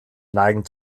neigen